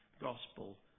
gospel